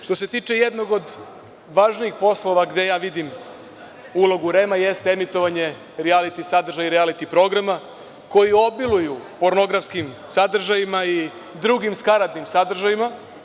Što se tiče jednog od važnijih poslova gde vidim ulogu REM jeste emitovanje rijatili sadržaja i rijaliti programa koji obiluju pornografskim sadržajima i drugim skaradnim sadržajima.